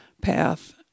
path